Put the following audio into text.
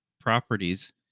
properties